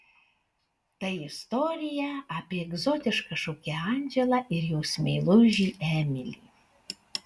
tai istorija apie egzotišką šokėją andželą ir jos meilužį emilį